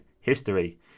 history